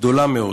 גדולה מאוד: